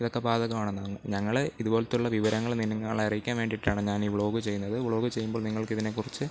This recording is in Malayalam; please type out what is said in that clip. ഇതൊക്കെ ബാധകമാണെന്ന് ഞങ്ങൾ ഇതുപോലത്തെ ഉള്ള വിവരങ്ങൾ നി നിങ്ങളെ അറിയിക്കാൻ വേണ്ടിയിട്ടാണ് ഞാൻ ഈ വ്ളോഗ് ചെയ്യുന്നത് വ്ളോഗ് ചെയ്യുമ്പോൾ നിങ്ങൾക്ക് ഇതിനെ കുറിച്ച്